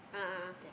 a'ah ah